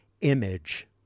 image